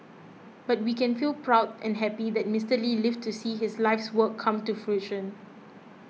but we can feel proud and happy that Mister Lee lived to see his life's work come to fruition